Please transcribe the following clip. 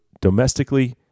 domestically